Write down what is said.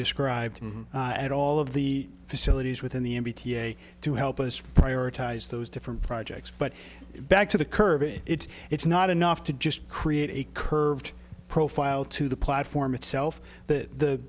described at all of the facilities within the n b a to help us prioritize those different projects but back to the curve it's it's not enough to just create a curved profile to the platform itself that the